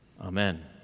Amen